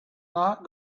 not